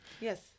Yes